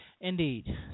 Indeed